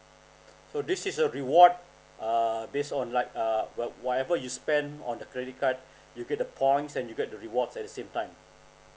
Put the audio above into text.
so this is a reward uh based on like uh what whatever you spend on the credit card you get the points and you get the rewards at the same time